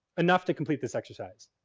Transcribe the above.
enough to complete this exercise.